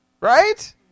Right